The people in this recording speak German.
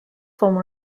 vom